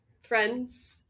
friends